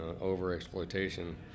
over-exploitation